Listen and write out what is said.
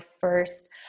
first